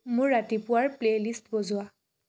মোৰ ৰাতিপুৱাৰ প্লে'লিষ্ট বজোৱা